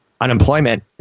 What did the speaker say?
unemployment